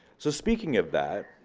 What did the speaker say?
so speaking of that,